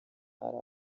hari